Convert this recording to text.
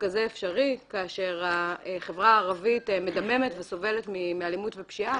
כזה אפשרי כאשר החברה הערבית מדממת וסובלת מאלימות ופשיעה,